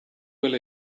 will